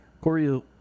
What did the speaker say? Corey